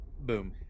boom